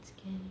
it's scary